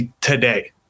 today